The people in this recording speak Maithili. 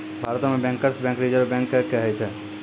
भारतो मे बैंकर्स बैंक रिजर्व बैंक के कहै छै